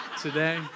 today